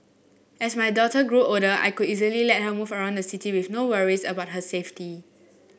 as my daughter grew older I could easily let her move around the city with no worries about her safety